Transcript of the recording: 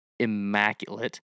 immaculate